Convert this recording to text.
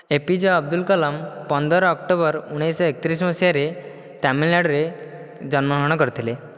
APJ Abdul Kalam ପନ୍ଦର October ଉଣେଇଶହ ଏକତିରିଶ ମସିହାରେ ତାମିଲ୍ନାଡ଼ୁରେ ଜନ୍ମ ଗ୍ରହଣ କରିଥିଲେ